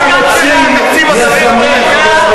אנחנו רוצים יזמות,